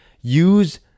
use